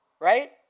Right